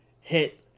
hit